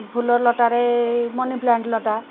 ଫୁଲ ଲତାରେ ମନିପ୍ଲାଣ୍ଟ ଲତା